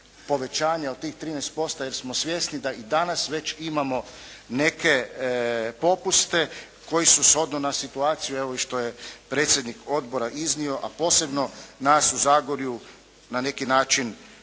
povećanja od tih 13% jer smo svjesni da i danas već imamo neke popuste koji su s shodno na situaciju evo i što je predsjednik odbora iznio a posebno nas u Zagorju na neki način